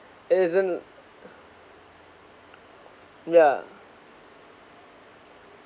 it is an yeah